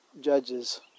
judges